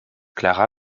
clara